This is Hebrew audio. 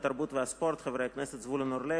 התרבות והספורט: חברי הכנסת זבולון אורלב,